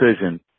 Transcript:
decision